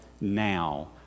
now